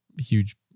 huge